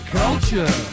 culture